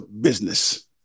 business